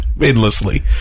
endlessly